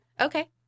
Okay